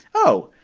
oh,